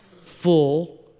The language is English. Full